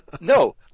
No